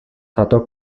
tato